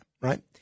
Right